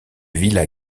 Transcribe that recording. villas